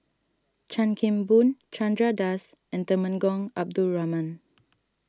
Chan Kim Boon Chandra Das and Temenggong Abdul Rahman